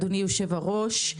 אדוני היושב-ראש,